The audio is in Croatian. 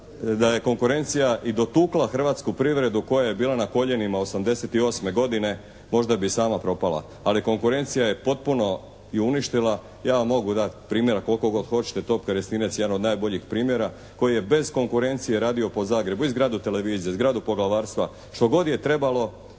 da je konkurencija i dotukla hrvatsku privredu koja je bila na koljenima '88. godine. Možda bi sama propala, ali konkurencija ju je potpuno uništila. Ja vam mogu dati primjera koliko god hoćete. TOP Kerestinec jedan od najboljih primjera koji je bez konkurencije radio po Zagrebu i zgradu televizije, i zgradu poglavarstva. Što god je trebalo